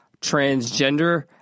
transgender